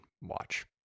watch